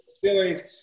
feelings